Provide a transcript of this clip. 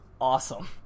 awesome